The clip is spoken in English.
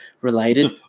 related